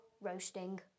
roasting